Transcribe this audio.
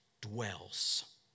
dwells